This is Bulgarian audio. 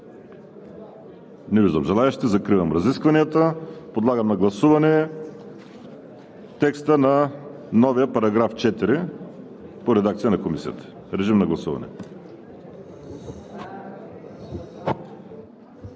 Не виждам желаещи. Закривам разискванията. Подлагам на гласуване текста на новия § 4 по редакция на Комисията. Гласували